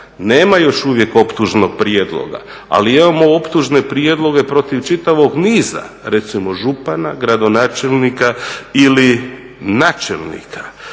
nema još uvijek optužnog prijedloga ali imamo optužne prijedloge protiv čitavog niza recimo župana, gradonačelnika ili načelnika.